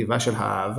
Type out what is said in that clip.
טיבה של האהבה,